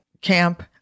camp